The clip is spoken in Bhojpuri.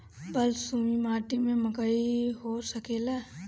बलसूमी माटी में मकई हो सकेला?